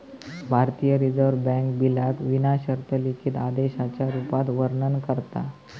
भारतीय reserve bank बिलाक विना शर्त लिखित आदेशाच्या रुपात वर्णन करता